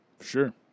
Sure